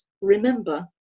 remember